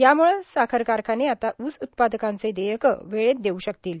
यामुळं साखर कारखाने आता ऊस उत्पादकांचे देयकं वेळेत देऊ शकतील